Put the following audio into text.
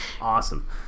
Awesome